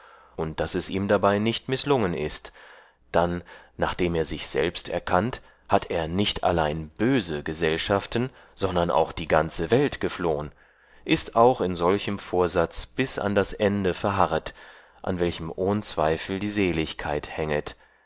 und daß es ihm dabei nicht mißlungen ist dann nachdem er sich selbst erkannt hat er nicht allein böse gesellschaften sondern auch die ganze welt geflohen ist auch in solchem vorsatz bis an das ende verharret an welchem ohn zweifel die seligkeit hänget